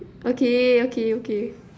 okay okay okay